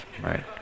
right